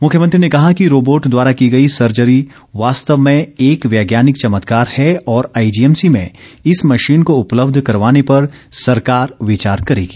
मुख्यमंत्री ने कहा कि रोबोट द्वारा की गई सर्जरी वास्तव में एक वैज्ञानिक चमत्कार है और आईजीएमसी में इस मशीन को उपलब्ध करवाने पर सरकार विचार करेगी